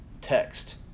text